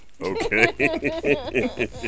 Okay